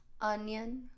Onion